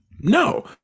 no